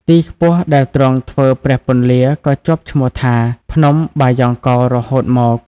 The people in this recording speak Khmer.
ទីខ្ពស់ដែលទ្រង់ធ្វើព្រះពន្លាក៏ជាប់ឈ្មោះថា ភ្នំបាយ៉ង់កោររហូតមក។